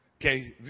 Okay